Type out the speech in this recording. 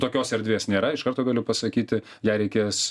tokios erdvės nėra iš karto galiu pasakyti ją reikės